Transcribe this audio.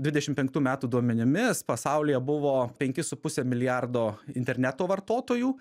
dvidešimt penktų metų duomenimis pasaulyje buvo penki su puse milijardo interneto vartotojų